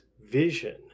vision